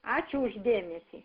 ačiū už dėmesį